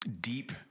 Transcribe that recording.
deep